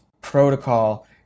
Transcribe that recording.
protocol